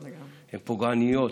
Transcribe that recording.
הן פוגעניות,